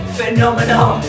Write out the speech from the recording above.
Phenomenal